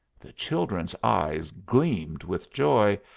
the children's eyes gleamed with joy,